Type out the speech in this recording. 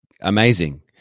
Amazing